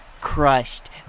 crushed